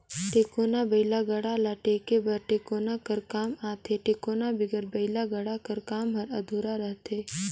टेकोना बइला गाड़ा ल टेके बर टेकोना कर काम आथे, टेकोना बिगर बइला गाड़ा कर काम हर अधुरा रहथे